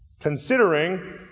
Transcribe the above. Considering